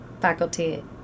faculty